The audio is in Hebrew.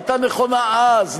הייתה נכונה אז,